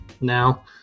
now